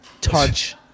touch